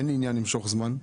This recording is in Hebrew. אין עניין למשוך זמן,